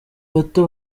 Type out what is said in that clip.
bato